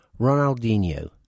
Ronaldinho